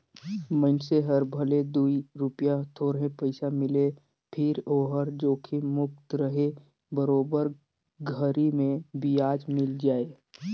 मइनसे हर भले दूई रूपिया थोरहे पइसा मिले फिर ओहर जोखिम मुक्त रहें बरोबर घरी मे बियाज मिल जाय